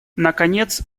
наконец